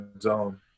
zone